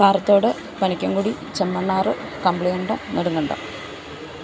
Parathodu Panickankudy Chemmannar Kambilikandam നെടും Kandam